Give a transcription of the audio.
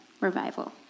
revival